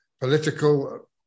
political